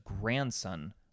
grandson